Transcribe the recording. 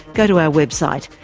go to our website,